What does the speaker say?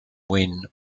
when